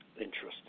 interesting